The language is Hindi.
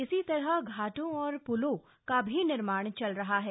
इसी तरह घाटों और पुलों का भी निर्माण चल रहा है